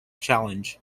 challenge